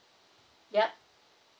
yup